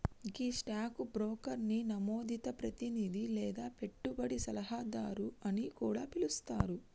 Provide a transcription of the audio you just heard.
గీ stock బ్రోకర్ని నమోదిత ప్రతినిధి లేదా పెట్టుబడి సలహాదారు అని కూడా పిలుస్తారు